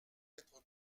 être